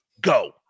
go